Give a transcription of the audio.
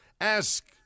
Ask